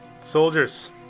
Soldiers